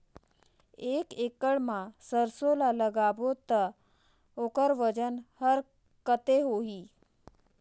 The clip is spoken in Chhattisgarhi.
एक एकड़ मा सरसो ला लगाबो ता ओकर वजन हर कते होही?